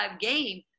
game